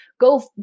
go